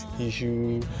issue